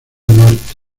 norte